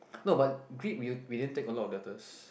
no but Greek we we didn't take a lot of letters